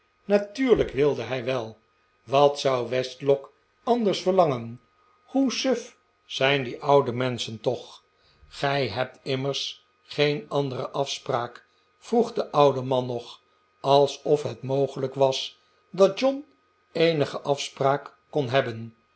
natuurlijk wilde hij wel wat zou westlock anders verlangen hoe suf zijn die oude menschen toch gij hebt immers geen andere afspraak vroeg de oude man nog alsof het mogelijk was dat john eenige afspraak kon hebben